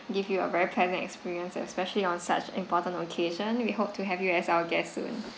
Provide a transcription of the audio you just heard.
give you a very pleasant experience especially on such important occasion we hope to have you as our guest soon